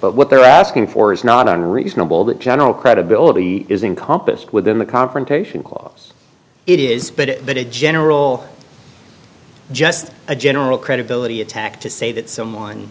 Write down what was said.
but what they're asking for is not unreasonable that general credibility is in compas within the confrontation clause it is but that a general just a general credibility attack to say that someone